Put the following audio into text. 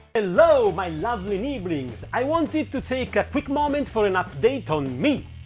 hello, my lovely niblings. i wanted to take a quick moment for an update on me.